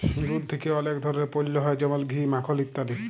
দুধ থেক্যে অলেক ধরলের পল্য হ্যয় যেমল ঘি, মাখল ইত্যাদি